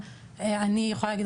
אני יכולה להגיד,